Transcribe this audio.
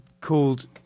called